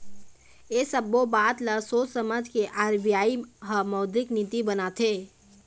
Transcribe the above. ऐ सब्बो बात ल सोझ समझ के आर.बी.आई ह मौद्रिक नीति बनाथे